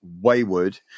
Wayward